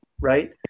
Right